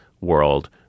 world